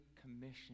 Commission